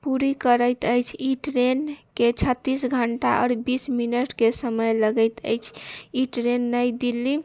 पूरी करैत अछि ई ट्रेनके छत्तीस घंटा आओर बीस मिनटके समय लगैत अछि ई ट्रेन नई दिल्ली